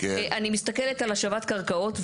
אני מסתכלת על השבת קרקעות,